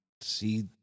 see